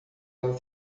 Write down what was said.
ela